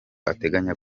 ateganya